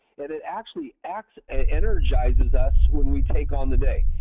but it actually acts and energizes us when we take on the day.